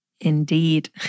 Indeed